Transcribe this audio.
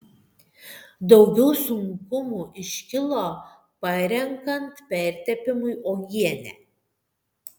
daugiau sunkumų iškilo parenkant pertepimui uogienę